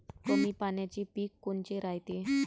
कमी पाण्याचे पीक कोनचे रायते?